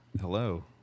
hello